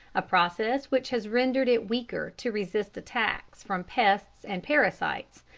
a process which has rendered it weaker to resist attacks from pests and parasites.